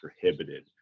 prohibited